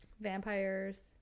Vampires